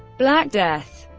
black death